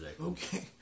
Okay